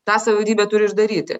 tą savivaldybė turi ir daryti